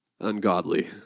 ungodly